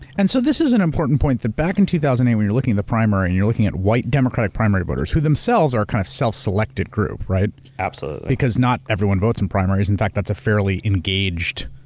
and so this is an important point that, back in two thousand and eight, when you're looking at the primary, and you're looking at white democratic primary voters, who themselves are a kind of self-selected group, right? absolutely. because not everyone votes in primaries. in fact, that's a fairly engaged,